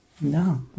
No